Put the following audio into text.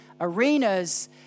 arenas